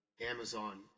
Amazon